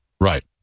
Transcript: Right